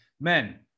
Men